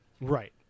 right